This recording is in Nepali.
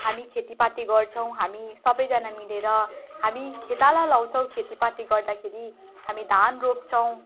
हामी खेतीपाती गर्छौँ हामी सबैजना मिलेर हामी खेताला लाउँछौँ खेतीपाती गर्दाखेरि हामी धान रोप्छौँ